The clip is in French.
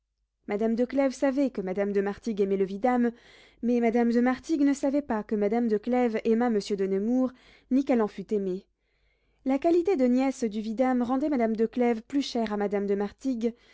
madame de clèves savait que madame de martigues aimait le vidame mais madame de martigues ne savait pas que madame de clèves aimât monsieur de nemours ni qu'elle en fût aimée la qualité de nièce du vidame rendait madame de clèves plus chère à madame de martigues